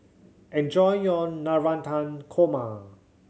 enjoy your Navratan Korma